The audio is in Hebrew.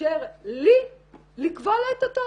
מאפשר לי לקבוע לה את התור.